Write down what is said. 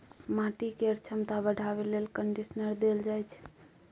माटि केर छमता बढ़ाबे लेल कंडीशनर देल जाइ छै